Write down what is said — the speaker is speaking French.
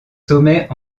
sommets